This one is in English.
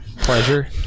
pleasure